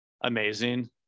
amazing